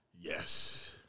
yes